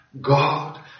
God